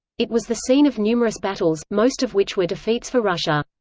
it was the scene of numerous battles, most of which were defeats for russia.